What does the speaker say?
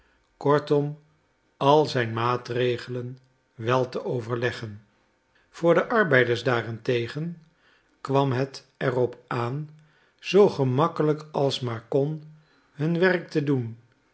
kortom al zijn maatregelen wel te overleggen voor de arbeiders daarentegen kwam het er op aan zoo gemakkelijk als maar kon hun werk te doen